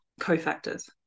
cofactors